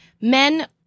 men